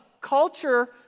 culture